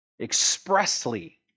expressly